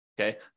okay